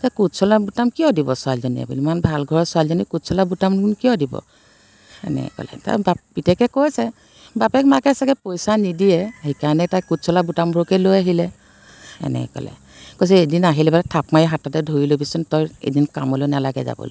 সেই কোট চোলাৰ বুটাম কিয় দিব ছোৱালীজনীয়ে বুলি ইমান ভাল ঘৰৰ ছোৱালীজনী কোট চোলাৰ বুটামনো কিয় দিব এনেকৈ ক'লে তাৰ বাপ পিতেকে কৈছে বাপেক মাকে চাগে পইচা নিদিয়ে সেইকাৰণে তাই কোট চোলাৰ বুটামবোৰকে লৈ আহিলে এনেকৈ ক'লে কৈছে এদিন আহিলে বাৰু থাপ মাৰি হাততে ধৰি ল'বিচোন তই এদিন কামলৈ নালাগে যাবলৈ